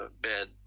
bed